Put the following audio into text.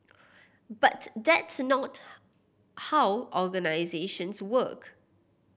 but that's not how organisations work